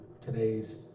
today's